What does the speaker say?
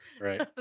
Right